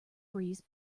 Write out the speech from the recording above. breeze